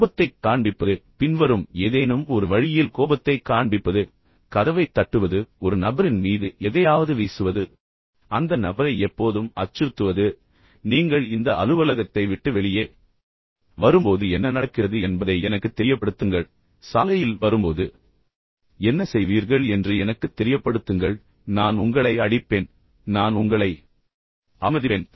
கோபத்தைக் காண்பிப்பது பின்வரும் ஏதேனும் ஒரு வழியில் கோபத்தை காண்பிப்பது கதவைத் தட்டுவது ஒரு நபரின் மீது எதையாவது வீசுவது அல்லது நான் உன்னைக் கொன்றுவிடுவேன் என்று அந்த நபரை எப்போதும் அச்சுறுத்துவது நான் உன்னை அடிப்பேன் நீங்கள் இந்த அலுவலகத்தை விட்டு வெளியே வரும்போது என்ன நடக்கிறது என்பதை எனக்குத் தெரியப்படுத்துங்கள் நீங்கள் வாயிலுக்கு வெளியே சாலையில் வரும்போது என்ன செய்வீர்கள் என்று எனக்குத் தெரியப்படுத்துங்கள் நான் உங்களை அடிப்பேன் நான் உங்களை அவமதிப்பேன் நான் உங்களை அவமானப்படுத்துவேன்